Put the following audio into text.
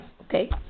okay